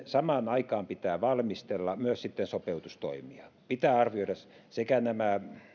samaan aikaan pitää valmistella sopeutustoimia pitää arvioida nämä